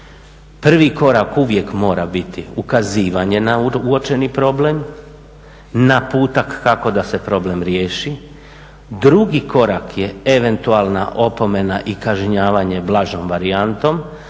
Prvi korak uvijek mora biti ukazivanje na uočeni problem, naputak kako da se problem riješi. Drugi korak je eventualna opomena i kažnjavanje blažom varijantom,